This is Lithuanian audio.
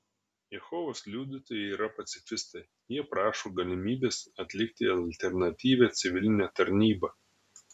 jehovos liudytojai yra pacifistai jie prašo galimybės atlikti alternatyvią civilinę tarnybą